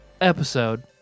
episode